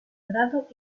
dorado